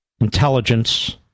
intelligence